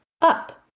up